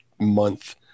month